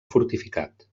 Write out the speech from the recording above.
fortificat